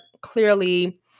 clearly